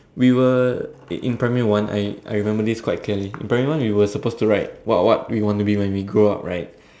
we were in primary one I I remember this quite clearly in primary one we were supposed to write what what we want to be when we grow up right